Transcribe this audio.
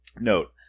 Note